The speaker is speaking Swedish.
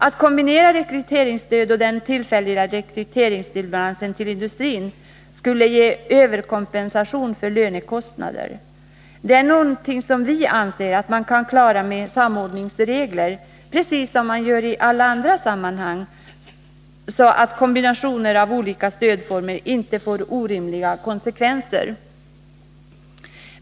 Att kombinera rekryteringsstödet och den tillfälliga rekryteringsstimulansen till industrin skulle ge överkompensation för lönekostnader. Det är något som vi anser att man kan klara med samordningsregler — precis som man gör i alla andra sammanhang så att kombinationer av olika stödformer inte får orimliga konsekvenser.